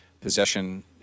possession